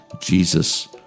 Jesus